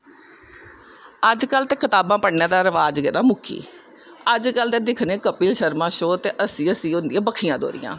अजकल्ल ते कताबां पढ़ने दा रवाज गेदा मुक्की अजकल्ल दिखने कपिल शर्मा शो दे हसी हसी होंदियां बक्खियां दोह्रियां